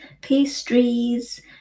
pastries